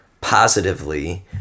positively